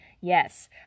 yes